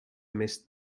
missed